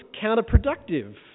counterproductive